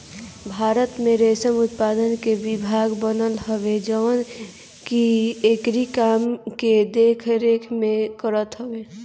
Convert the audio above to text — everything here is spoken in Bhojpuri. भारत में रेशम उत्पादन के विभाग बनल हवे जवन की एकरी काम के देख रेख करत हवे